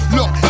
Look